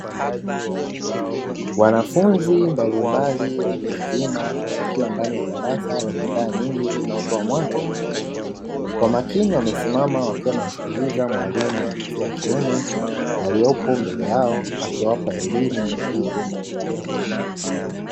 Wanafunzi mbalimbali watu wazima, wakiwa ndani ya darasa lenye taa nyingi zinazotoa mwanga wa kutosha. Kwa makini wamesimama wakiwa wanamsikiliza mwalimu wa jinsia ya kiume aliyepo mbele yao, akiwapa elimu ya vitu mbalimbali.